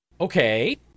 Okay